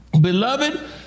Beloved